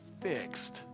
fixed